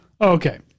Okay